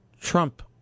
Trump